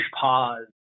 pause